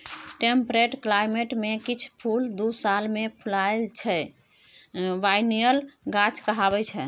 temperate climate मे किछ फुल दु साल मे फुलाइ छै बायनियल गाछ कहाबै छै